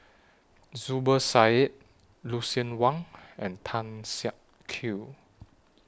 Zubir Said Lucien Wang and Tan Siak Kew